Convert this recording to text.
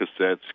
cassettes